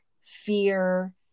fear